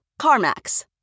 CarMax